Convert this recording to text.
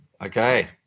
okay